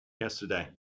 yesterday